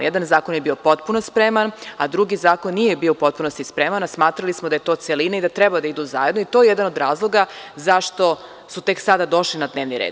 Jedan od zakona je bio potpuno spreman, a drugi zakon nije bio u potpunosti spreman, a smatrali smo da je to celina i da treba da idu zajedno i to je jedan od razloga zašto su tek sada došli na dnevni red.